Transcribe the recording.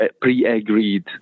pre-agreed